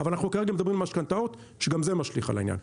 אבל אנחנו כרגע מדברים על משכנתאות שגם זה משליך על העניין.